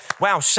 wow